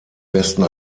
westen